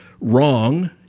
wrong